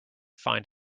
find